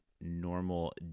normal